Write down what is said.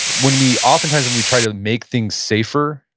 when we, oftentimes, when we try to make things safer,